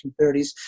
1930s